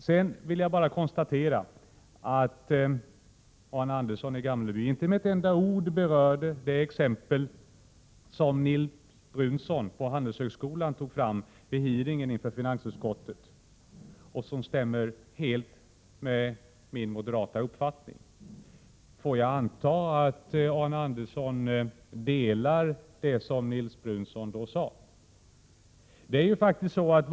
Sedan vill jag bara konstatera att Arne Andersson inte med ett enda ord berörde det exempel som Nils Brunsson på Handelshögskolan tog fram vid hearingen inför finansutskottet och som stämmer helt med min moderata uppfattning. Får jag anta att Arne Andersson ansluter sig till det som Nils Brunsson då sade?